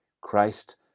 Christ